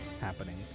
happening